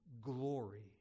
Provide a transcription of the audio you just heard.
glory